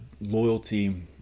loyalty